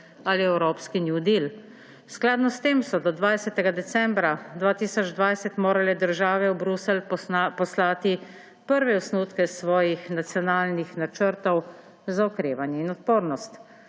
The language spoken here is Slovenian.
ali evropski new deal. Skladno s tem so do 20. decembra 2020 morale države v Bruselj poslati prve osnutke svojih nacionalnih načrtov za okrevanje in odpornost.